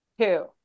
Two